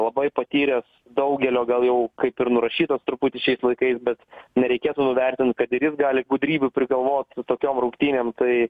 labai patyręs daugelio gal jau kaip ir nurašytas truputį šiais laikais bet nereikėtų nuvertint kad ir jis gali gudrybių prigalvot tokiom rungtynėm tai